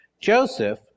Joseph